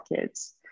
kids